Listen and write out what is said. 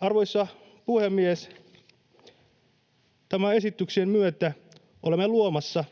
Arvoisa puhemies! Tämän esityksen myötä olemme luomassa